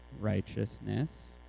righteousness